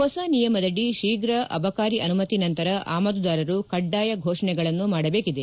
ಹೊಸ ನಿಯಮದಡಿ ಶೀಘ್ರ ಅಬಕಾರಿ ಅನುಮತಿ ನಂತರ ಆಮದುದಾರರು ಕಡ್ಡಾಯ ಘೋಷಣೆಗಳನ್ನು ಮಾಡಬೇಕಿದೆ